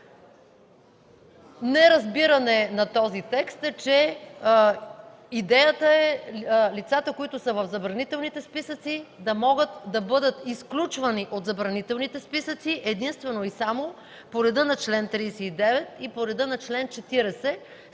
неразбиране на този текст. Идеята е лицата, които с в забранителните списъци, да могат да бъдат изключвани от забранителните списъци единствено и само по реда на чл. 39 и по реда на чл. 40